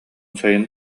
сайын